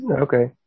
Okay